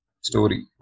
story